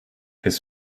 his